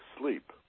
sleep